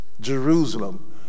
Jerusalem